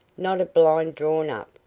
not a blind drawn up,